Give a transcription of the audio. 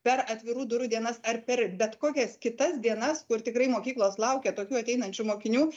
per atvirų durų dienas ar per bet kokias kitas dienas kur tikrai mokyklos laukia tokių ateinančių mokinių